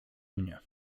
mnie